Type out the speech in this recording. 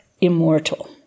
immortal